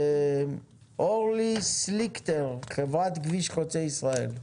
אורלי סליקטר, חברת כביש חוצה ישראל.